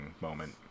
moment